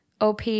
op